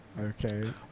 Okay